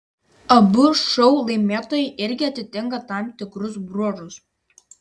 abu šou laimėtojai irgi atitinka tam tikrus bruožus